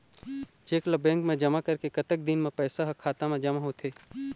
Cheque ला bank मा जमा करे के कतक दिन मा पैसा हा खाता मा जमा होथे थे?